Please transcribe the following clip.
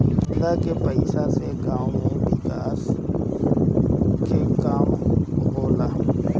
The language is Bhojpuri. चंदा के पईसा से गांव के विकास के काम होला